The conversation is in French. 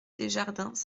desjardins